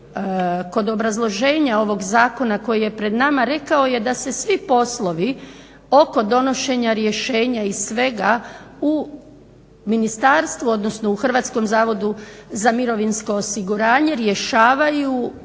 kod obrazloženja ovog zakona koji je pred nama rekao je da se svi poslovi oko donošenja rješenja i svega u ministarstvo, odnosno u Hrvatskom zavodu za mirovinsko osiguranje rješavaju